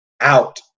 out